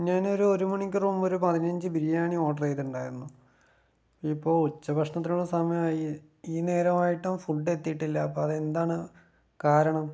ഞാനൊരു ഒരു മണിക്കൂർ മുമ്പൊരു പതിനഞ്ച് ബിരിയാണി ഓർഡർ ചെയ്തിട്ടുണ്ടായിരുന്നു ഇപ്പോ ഉച്ചഭക്ഷണത്തിനുള്ള സമയമായി ഈ നേരമായിട്ടും ഫുഡ് എത്തിയിട്ടില്ല അപ്പോ അതെന്താണ് കാരണം